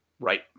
Right